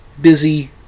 busy